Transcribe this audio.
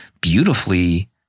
beautifully